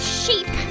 sheep